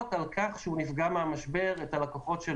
על כך שהוא נפגע מהמשבר - את הלקוחות שלו.